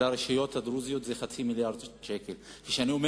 של הרשויות הדרוזיות, הוא חצי מיליארד שקל.